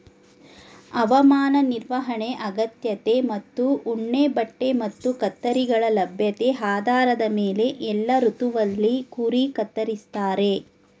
ಹವಾಮಾನ ನಿರ್ವಹಣೆ ಅಗತ್ಯತೆ ಮತ್ತು ಉಣ್ಣೆಬಟ್ಟೆ ಮತ್ತು ಕತ್ತರಿಗಳ ಲಭ್ಯತೆ ಆಧಾರದ ಮೇಲೆ ಎಲ್ಲಾ ಋತುವಲ್ಲಿ ಕುರಿ ಕತ್ತರಿಸ್ತಾರೆ